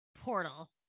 portal